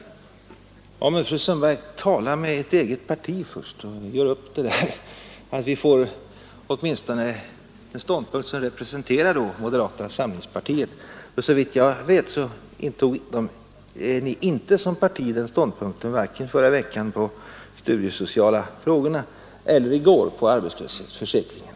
Men, fru Sundberg, tala med ert eget parti först, och gör upp med partivännerna så att moderata samlingspartiet får en gemensam ståndpunkt! Ni hade inte som parti den ståndpunkten vare sig förra veckan, då de studiesociala frågorna behandlades, eller i går, när vi behandlade arbetslöshetsförsäkringen.